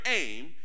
aim